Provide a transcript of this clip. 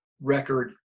record